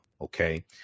okay